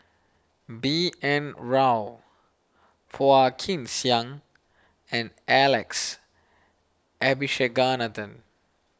B N Rao Phua Kin Siang and Alex Abisheganaden